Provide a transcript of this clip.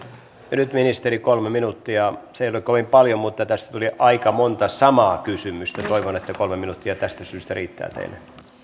nyt ministeri kolme minuuttia se ei ole kovin paljon mutta tässä tuli aika monta samaa kysymystä toivon että kolme minuuttia tästä syystä riittää teille